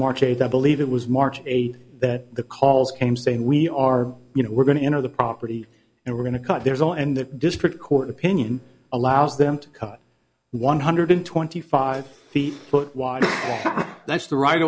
march eighth i believe it was march eighth that the calls came saying we are you know we're going to enter the property and we're going to cut there is all and the district court opinion allows them to cut one hundred twenty five feet foot wide that's the ri